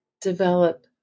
develop